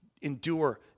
Endure